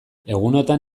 egunotan